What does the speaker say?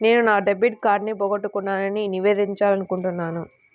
నేను నా డెబిట్ కార్డ్ని పోగొట్టుకున్నాని నివేదించాలనుకుంటున్నాను